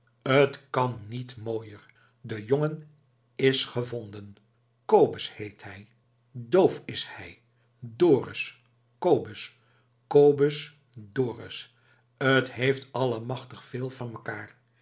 t kan niet mooier de jongen is gevonden kobus heet hij doof is hij dorus kobus kobus dorus t heeft allemachtig veel van mekaar